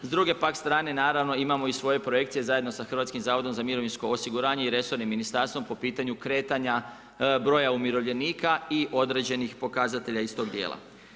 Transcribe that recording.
S druge pak strane naravno imamo i svoje projekcije zajedno sa Hrvatskim zavodom za mirovinsko osiguranje i resornim ministarstvom po pitanju kretanja broja umirovljenika i određenih pokazatelja iz tog dijela.